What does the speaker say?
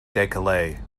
decollete